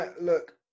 Look